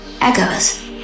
Echoes